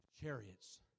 chariots